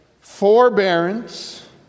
forbearance